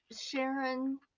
Sharon